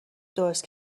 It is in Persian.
درست